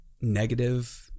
negative